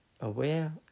aware